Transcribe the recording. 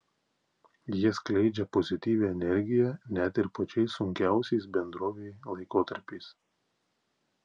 jie skleidžia pozityvią energiją net ir pačiais sunkiausiais bendrovei laikotarpiais